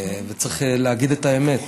וצריך להגיד את האמת,